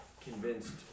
convinced